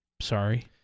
Sorry